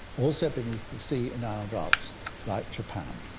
also beneath the sea in island arcs like japan.